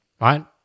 right